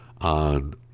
on